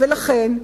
ולכן,